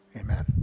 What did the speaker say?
amen